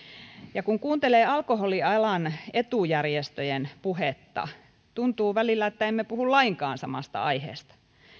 ja kun kuuntelee alkoholialan etujärjestöjen puhetta tuntuu välillä että emme puhu lainkaan samasta aiheesta